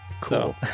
Cool